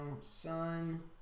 Sun